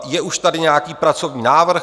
Je už tady nějaký pracovní návrh.